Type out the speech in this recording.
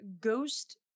ghost